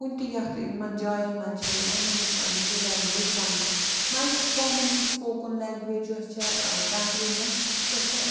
کُنہِ تہِ یَتھ یِمَن جاین منٛز چھےٚ یِوان ہُِستانٕچ یہِ لینٛگویج وَنٛنہٕ وے یۄس کامَنلی سپوکُن لینٛگویج یۄس چھےٚ کَنٛٹری منٛز سۄ چھےٚ